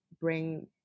bring